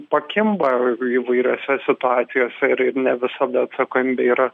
pakimba į įvairiose situacijose ir ir ne visada atsakomybė yra